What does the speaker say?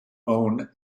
own